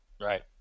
Right